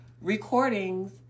recordings